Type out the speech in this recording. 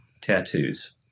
tattoos